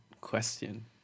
question